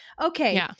Okay